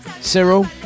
Cyril